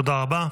תודה רבה.